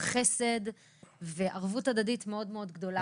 איזשהו חסד וערבות הדדית מאוד-מאוד גדולה.